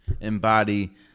embody